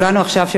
כולנו עכשיו,